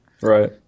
Right